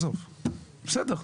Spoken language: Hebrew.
בסדר.